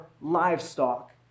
livestock